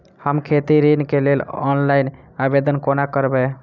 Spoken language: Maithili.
हम खेती ऋण केँ लेल ऑनलाइन आवेदन कोना करबै?